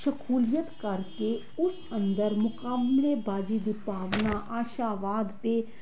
ਸ਼ਖੂਲੀਅਤ ਕਰ ਕੇ ਉਸ ਅੰਦਰ ਮੁਕਾਬਲੇਬਾਜ਼ੀ ਦੀ ਭਾਵਨਾ ਆਸ਼ਾਵਾਦ ਅਤੇ